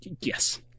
Yes